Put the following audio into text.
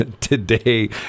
today